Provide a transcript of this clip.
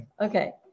Okay